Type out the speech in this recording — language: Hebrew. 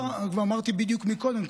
אמרתי בדיוק קודם,